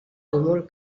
túmul